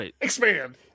Expand